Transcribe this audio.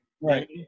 Right